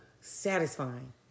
satisfying